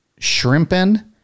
Shrimpin